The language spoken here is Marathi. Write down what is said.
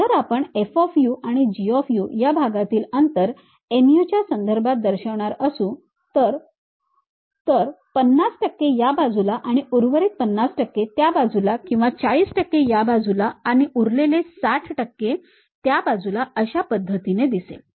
जर आपण F आणि G या भागातील अंतर nu च्या संदर्भात दर्शविणारी असू तर 50 टक्के या बाजूला आणि उर्वरित 50 टक्के त्या बाजूला किंवा 40 टक्के या बाजूला आणि उरलेले 60 टक्के त्या बाजूला अशा पद्धतीने दिसेल